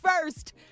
first